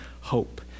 hope